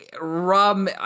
Rob